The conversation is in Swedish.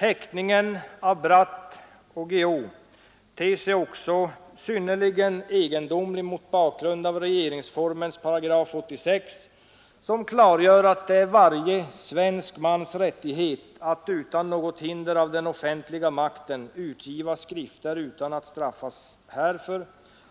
Häktningen av Bratt och Guillou ter sig också synnerligen egendomlig mot bakgrund av regeringsformen 86 § som klargör att det är varje svensk mans rättighet att utan några hinder av den offentliga makten utgiva skrifter utan att straffas därför